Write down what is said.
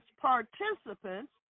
participants